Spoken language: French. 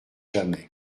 jamais